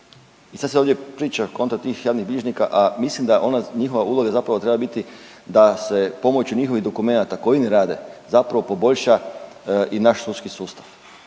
I sad se ovdje priča konta tih javnih bilježnika, a mislim da ona njihova uloga zapravo treba biti da se pomoću njihovih dokumenata koje oni rade zapravo poboljša i naš sudski sustav